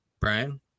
Brian